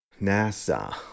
NASA